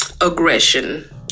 aggression